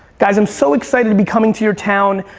guys, i'm so excited to be coming to your town.